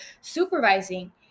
supervising